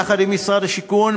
יחד עם משרד השיכון,